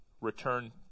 return